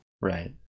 Right